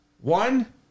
One